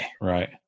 Right